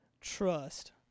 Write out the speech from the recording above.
trust